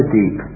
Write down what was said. deep